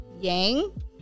Yang